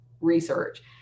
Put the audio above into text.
research